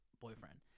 boyfriend